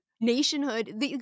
Nationhood